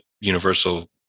universal